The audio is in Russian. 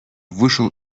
вышел